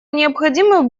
необходимы